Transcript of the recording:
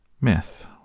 Myth